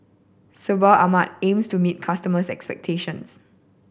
sebamed aims to meet its customers' expectations